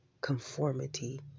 conformity